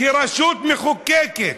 הרשות המחוקקת,